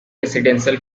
residential